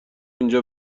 اینجا